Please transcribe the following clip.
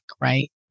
right